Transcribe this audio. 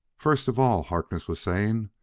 first of all, harkness was saying,